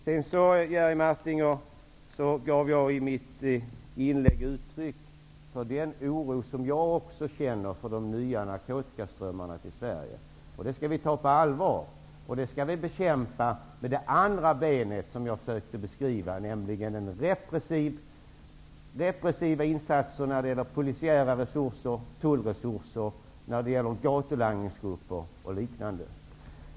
I mitt inlägg, Jerry Martinger, gav jag uttryck för den oro som jag känner också över de nya narkotikaströmmarna till Sverige. Det här skall vi ta på allvar, och det skall vi bekämpa med ''det andra benet'', som jag försökte beskriva. Vi skall bekämpa det med repressiva insatser i form av polisiära resurser och tullresurser när det gäller exempelvis gatulangningsgrupper.